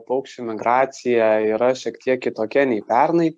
paukščių migracija yra šiek tiek kitokia nei pernai